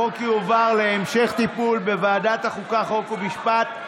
החוק יועבר להמשך טיפול בוועדת החוקה, חוק ומשפט.